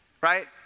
right